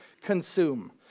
consume